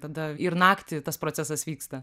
tada ir naktį tas procesas vyksta